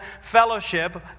fellowship